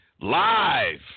Live